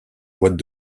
boîtes